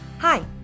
Hi